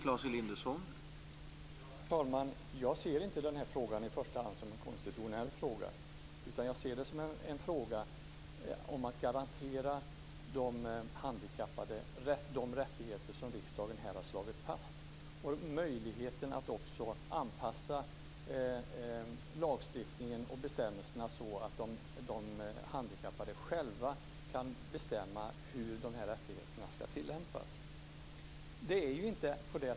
Herr talman! Jag ser inte den här frågan i första hand som en konstitutionell fråga, utan jag ser det som en fråga om att garantera de handikappade de rättigheter som riksdagen här har slagit fast. Det handlar också om möjligheten att anpassa lagstiftningen och bestämmelserna så att de handikappade själva kan bestämma hur de här rättigheterna ska tillämpas.